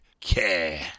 Care